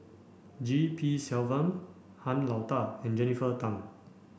G P Selvam Han Lao Da and Jennifer Tham